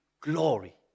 glory